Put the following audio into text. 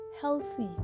healthy